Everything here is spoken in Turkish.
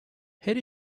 her